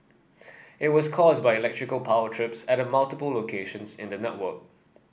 it was caused by electrical power trips at multiple locations in the network